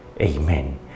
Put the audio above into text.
Amen